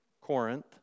Corinth